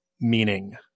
meaning